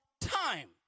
time